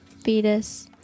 fetus